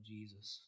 Jesus